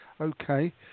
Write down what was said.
Okay